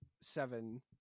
seven